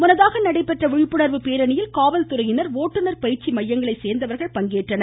முன்னதாக நடைபெற்ற விழிப்புணர்வு பேரணியில் காவல்துறையினர் ஓட்டுனர் பயிற்சி மையங்களை சேர்ந்தவர்கள் பங்கேற்றனர்